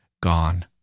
gone